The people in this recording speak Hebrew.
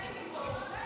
אני רק אומרת